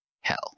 hell